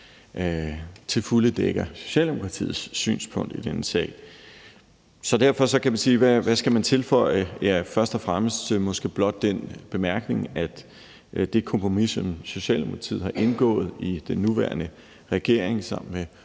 til fulde dækker Socialdemokratiets synspunkt i denne sag. Så derfor kan man spørge: Hvad skal man tilføje? Først og fremmest kan man måske blot tilføje den bemærkning, at det kompromis, som Socialdemokratiet har indgået i den nuværende regering sammen med